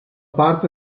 parte